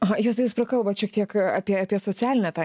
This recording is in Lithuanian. aha jūs jūs prakalbot šiek tiek apie apie socialinę tą